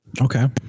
Okay